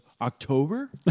October